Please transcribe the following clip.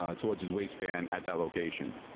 ah towards his waistband at that location.